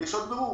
יש עוד ברור?